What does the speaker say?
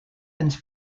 anys